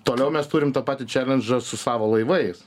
toliau mes turim tą patį čelendžą su savo laivais